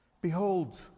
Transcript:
Behold